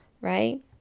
right